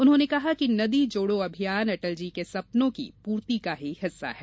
उन्होंने कहा कि नदी जोड़ो अभियान अटल जी के सपनों की पूर्ति का ही हिस्सा है